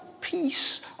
peace